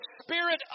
Spirit